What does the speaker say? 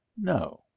no